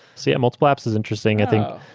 so yeah multiple apps is interesting. i think,